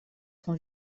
son